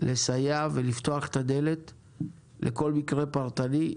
לסייע ולפתוח את הדלת לכל מקרה פרטני,